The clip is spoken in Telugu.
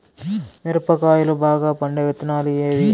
మిరప కాయలు బాగా పండే విత్తనాలు ఏవి